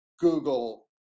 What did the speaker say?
Google